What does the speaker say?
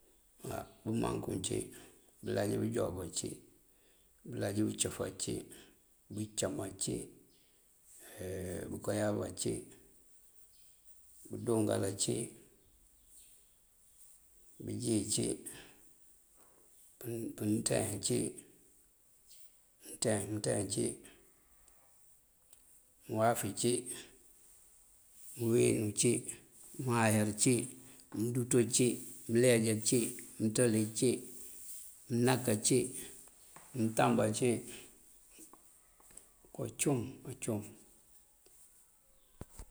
Waw bëmankuŋ cí, bëlaj bëjoob ací, bëlaj mëncëf ací, bëcám ací, bëgooyab ací, bëdúngal ací, bëjíi cí, pëţin cí, mënţeen mënţeen cí, mëwáafí cí, mëwíinú cí, mëwáayal cí, mëduto cí, mëleej ací, mëţëli cí, mënak ací, mëntamb ací, kocum kocum.